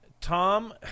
Tom